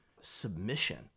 submission